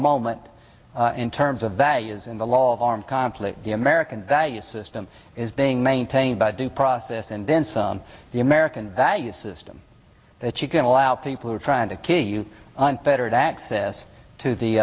moment in terms of values in the law of armed conflict the american value system is being maintained by due process and thence on the american value system that you can allow people who are trying to kill you on better access to the